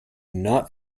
not